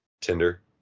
Tinder